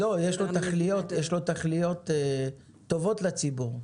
לא, יש לו תכניות טובות לציבור.